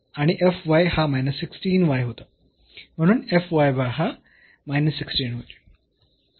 म्हणून हा 0 होईल आणि हा होता म्हणून हा होईल